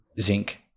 zinc